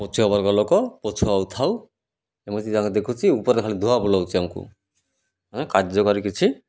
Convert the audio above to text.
ପଛୁଆ ବର୍ଗ ଲୋକ ପଛୁଆଉ ଥାଉ ଏମିତି ଜଣେ ଦେଖୁଛି ଉପରେ ଖାଲି ଧୁଆ ବୁଲଉଛି ଆମକୁ କାର୍ଯ୍ୟକାରୀ କିଛି